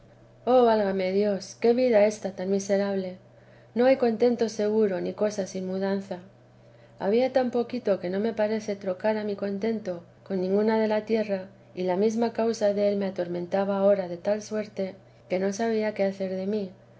oh válame dios y qué vida ésta tan miserable no hay contento seguro ni cosa sin mudanza había tan poquito que no me parece trocara mi contento con ninguno de la tierra y la mesma causa del me atormentaba ahora de tai suerte que no sabía qué hacer de mí